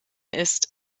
ist